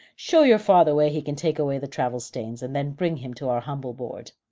show your father where he can take away the travel stains, and then bring him to our humble board.